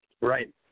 Right